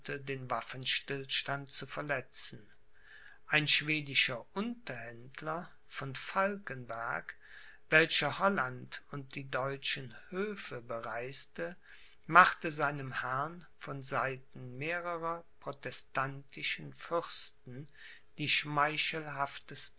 den waffenstillstand zu verletzen ein schwedischer unterhändler von falkenberg welcher holland und die deutschen höfe bereiste machte seinem herrn von seiten mehrerer protestantischen fürsten die